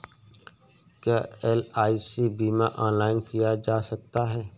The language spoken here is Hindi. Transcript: क्या एल.आई.सी बीमा ऑनलाइन किया जा सकता है?